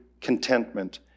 contentment